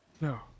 No